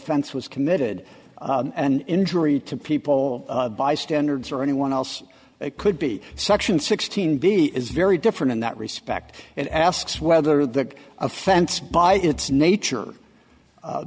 offense was committed and injury to people by standards or anyone else it could be section sixteen b is very different in that respect and asks whether the offense by its nature